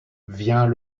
vient